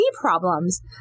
problems